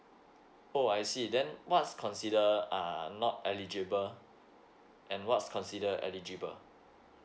oh I see then what's considered uh I'm not eligible and what's consider eligible